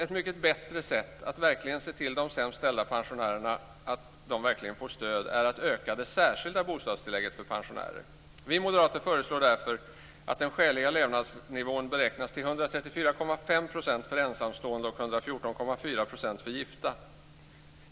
Ett mycket bättre sätt att verkligen se till att de pensionärer som har det sämst ställt får stöd är att öka det särskilda bostadstillägget för pensionärer. Vi moderater föreslår därför att den skäliga levnadsnivån beräknas till 134,5 % för ensamstående och 114,4 % för gifta.